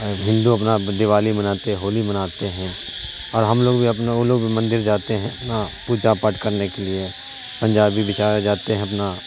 ہندو اپنا دیوالی مناتے ہولی مناتے ہیں اور ہم لوگ بھی اپنا وہ لوگ بھی مندر جاتے ہیں اپنا پوجا پاٹ کرنے کے لیے پنجابی بچارے جاتے ہیں اپنا